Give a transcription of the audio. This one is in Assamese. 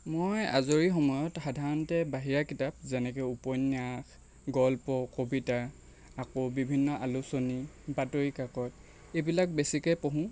মই আজৰি সময়ত সাধাৰণতে বাহিৰা কিতাপ যেনেকৈ উপন্যাস গল্প কবিতা আকৌ বিভিন্ন আলোচনী বাতৰি কাকত এইবিলাক বেছিকৈ পঢ়োঁ